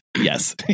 Yes